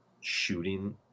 shooting